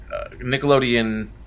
Nickelodeon